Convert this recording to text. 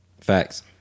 facts